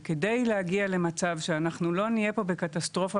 וכדי להגיע למצב שאנחנו לא נהיה פה בקטסטרופה